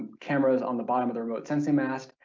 cameras on the bottom of the remote sensing mast,